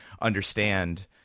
understand